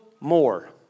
more